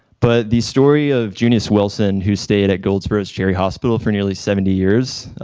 but the story of junius wilson, who stayed at goldsboro's cherry hospital for nearly seventy years,